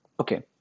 Okay